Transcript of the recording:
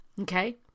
okay